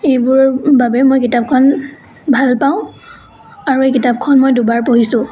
এইবোৰৰ বাবে মই কিতাপখন ভালপাওঁ আৰু এই কিতাপখন মই দুবাৰ পঢ়িছোঁ